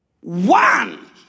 one